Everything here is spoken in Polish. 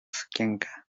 sukienkę